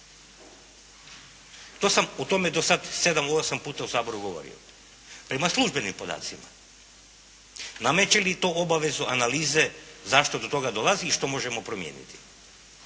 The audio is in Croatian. To sam o tome, do sada, sedam, osam puta u Saboru govorio. Prema službenim podacima nameće li to obavezu analize zašto do toga dolazi i što možemo promijeniti.